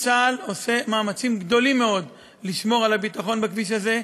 צה"ל עושה מאמצים גדולים מאוד לשמור על הביטחון בכביש הזה.